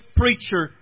preacher